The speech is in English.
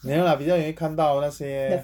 没有啦比较容易看到那些